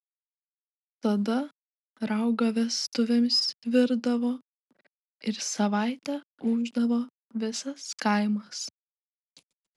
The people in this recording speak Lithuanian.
tada raugą vestuvėms virdavo ir savaitę ūždavo visas kaimas